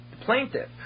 plaintiff